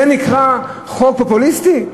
זה נקרא חוק פופוליסטי?